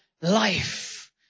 life